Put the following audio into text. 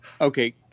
Okay